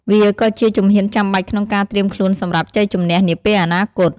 វាក៍ជាជំហានចាំបាច់ក្នុងការត្រៀមខ្លួនសម្រាប់ជ័យជម្នះនាពេលអនាគត។